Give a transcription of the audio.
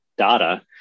data